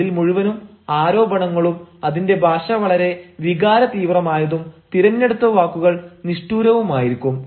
അതിൽ മുഴുവനും ആരോപണങ്ങളും അതിന്റെ ഭാഷ വളരെ വികാരതീവ്രമായതും തിരഞ്ഞെടുത്ത വാക്കുകൾ നിഷ്ഠൂരവുമായിരിക്കും